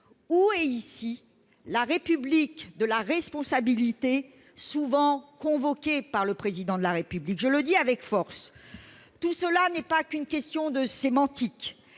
Où est la République de la responsabilité, souvent convoquée par le Président de la République ? Je le dis avec force, tout cela n'est pas qu'une question de sémantique.